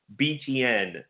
BTN